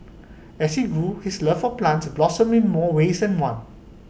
as he grew his love for plants blossomed in more ways than one